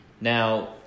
Now